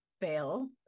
fail